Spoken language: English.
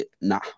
Nah